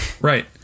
Right